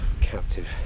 captive